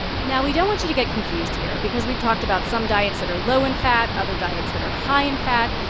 now, we don't want you to get confused here because we've talked about some diets that are low in fat, other diets that are high in fat.